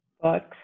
books